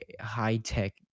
high-tech